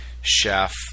Chef